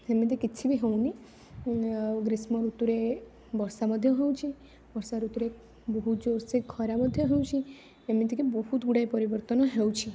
ସେମିତି କିଛି ବି ହଉନି ଗ୍ରୀଷ୍ମ ଋତୁରେ ବର୍ଷା ମଧ୍ୟ ହେଉଛି ବର୍ଷାଋତୁରେ ଜୋରସେ ଖରା ମଧ୍ୟ ହେଉଛି ଏମିତିକି ବହୁତ ଗୁଡ଼ାଏ ପରିବର୍ତ୍ତନ ହେଉଛି